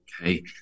okay